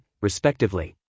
respectively